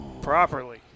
properly